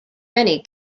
many